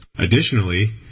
Additionally